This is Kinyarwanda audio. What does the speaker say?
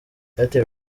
airtel